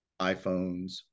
iphones